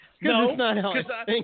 No